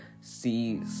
see